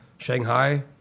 Shanghai